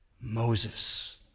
Moses